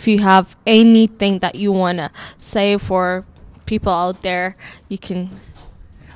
feat have anything that you want to say for people there you can